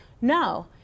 No